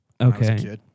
okay